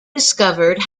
discovered